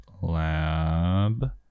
Lab